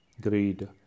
greed